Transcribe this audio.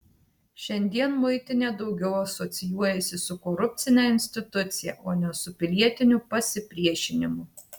šiandien muitinė daugiau asocijuojasi su korupcine institucija o ne su pilietiniu pasipriešinimu